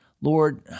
Lord